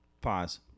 Pause